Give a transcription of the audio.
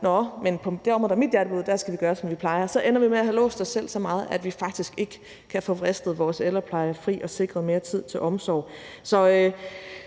område, som er ens eget hjerteblod, skal vi gøre, som vi plejer, ender vi med at have låst os selv så meget, at vi faktisk ikke kan få vristet vores ældrepleje fri og sikre mere tid til omsorg. Så